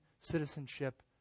citizenship